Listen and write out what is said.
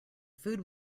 food